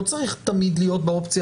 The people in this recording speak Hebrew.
בעניין הזה לא צריך תמיד להיות באופציה